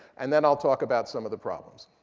and then i'll talk about some of the problems.